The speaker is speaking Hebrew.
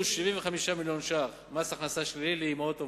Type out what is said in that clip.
75 מיליון ש"ח מס הכנסה שלילי לאמהות עובדות.